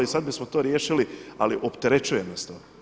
Sada bismo to riješili, ali opterećuje nas to.